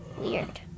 Weird